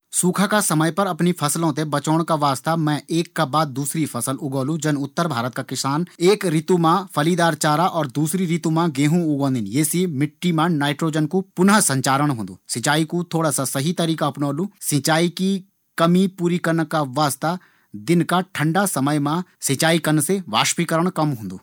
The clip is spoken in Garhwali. सूखा का समय पर मैं एक का बाद एक फसल ते खेत माँ लगोलू जन्न उत्तर भारत का किसान चारा पत्ती का तुरंत बाद गेहूं की फसल उगोंदिन, ड्रिप सिंचाई प्रणाली को इस्तेमाल करिक कम पानी माँ ज्यादा जमीन ते गिलू करलु